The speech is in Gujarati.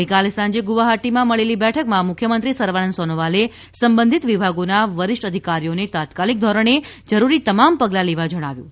ગઇકાલે સાંજે ગુવાહાટી મળેલી બેઠકમાં મુખ્યમંત્રી સર્વાનંદ સોનોવાલે સંબંધિત વિભાગોના વરિષ્ઠ અધિકારીઓને તાત્કાલિક ધોરણે જરૂરી તમામ પગલા લેવા જણાવ્યું છે